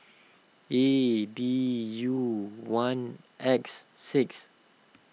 A D U one X six